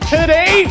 Today